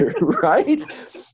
right